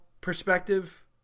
perspective